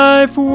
Life